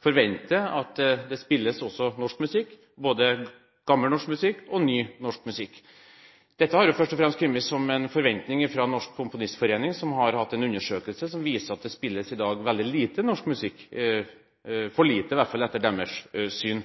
forvente at det også spilles norsk musikk, både gammel norsk musikk og ny norsk musikk. Dette har først og fremst kommet som en forventning fra Norsk Komponistforening, som har hatt en undersøkelse som viser at det spilles i dag veldig lite norsk musikk – for lite, i hvert fall etter deres syn.